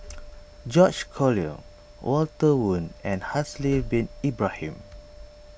George Collyer Walter Woon and Haslir Bin Ibrahim